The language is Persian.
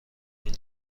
این